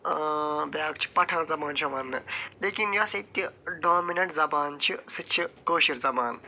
بیٛاکھ چھِ پٹھان زبان چھِ یِوان وننہٕ لیکِن یۄس ییٚتہِ ڈامنٮ۪نٛٹ زبان چھِ سُہ چھِ کٲشر زبان